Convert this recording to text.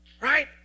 right